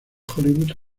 hollywood